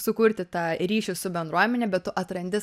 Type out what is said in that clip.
sukurti tą ryšį su bendruomene bet tu atrandi